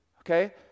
okay